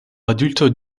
adultes